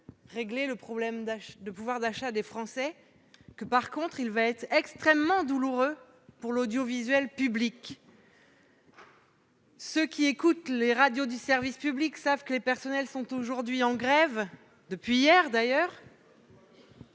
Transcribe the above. régler les problèmes de pouvoir d'achat des Français ; en revanche, elle sera extrêmement douloureuse pour l'audiovisuel public. Ceux qui écoutent les radios du service public savent que les personnels sont en grève depuis hier. Nous les